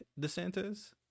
DeSantis